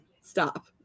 stop